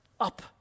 up